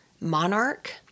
Monarch